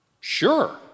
Sure